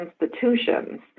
institutions